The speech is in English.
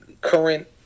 current